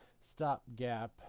stopgap